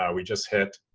ah we just hit,